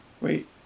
Wait